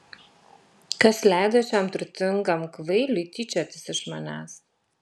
kas leido šiam turtingam kvailiui tyčiotis iš manęs